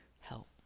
help